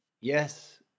yes